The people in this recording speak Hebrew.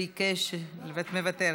מוותר,